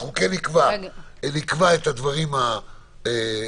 אנחנו נקבע את הדברים החשובים,